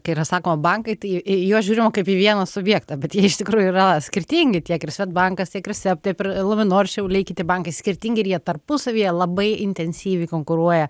kai yra sakoma bankai tai į juos žiūrima kaip į vieną subjektą bet jie iš tikrųjų yra skirtingi tiek ir svedbankas tiek ir seb taip ir luminor šiauliai kiti bankai skirtingi ir jie tarpusavyje labai intensyviai konkuruoja